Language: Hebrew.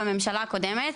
בממשלה הקודמת,